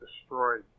destroyed